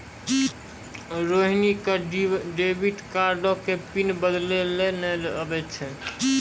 रोहिणी क डेबिट कार्डो के पिन बदलै लेय नै आबै छै